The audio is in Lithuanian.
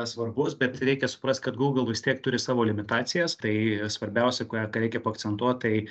svarbus bet reikia suprast kad google vis tiek turi savo limitacijas tai svarbiausia ką reikia paakcentuot tai